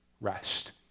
rest